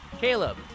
Caleb